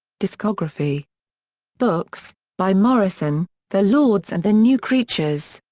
discography books by morrison the lords and the new creatures.